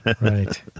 right